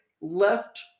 left